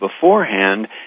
beforehand